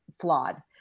flawed